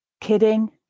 Kidding